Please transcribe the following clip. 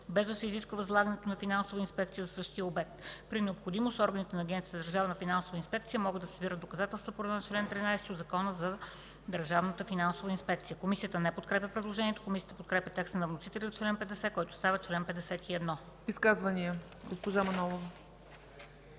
без да се изисква възлагането на финансова инспекция за същия обект. При необходимост органите на Агенцията за държавна финансова инспекция могат да събират доказателства по реда на чл. 13 от Закона за държавната финансова инспекция.” Комисията не подкрепя предложението. Комисията подкрепя текста на вносителя за чл. 50, който става чл. 51.